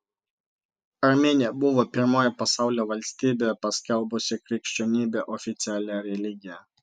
armėnija buvo pirmoji pasaulio valstybė paskelbusi krikščionybę oficialia religija